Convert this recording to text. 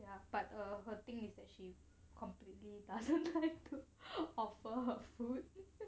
ya but uh thing thing is she completely doesn't like to offer her food